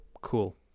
cool